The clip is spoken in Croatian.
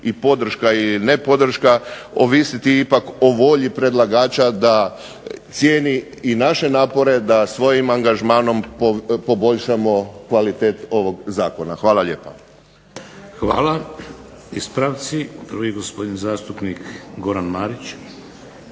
i podrška i nepodrška ovisiti ipak o volji predlagača da cijeni i naše napore da svojim angažmanom poboljšamo kvalitetu ovog zakona. Hvala lijepa. **Šeks, Vladimir (HDZ)** Hvala. Ispravci. Prvi gospodin zastupnik Goran Marić.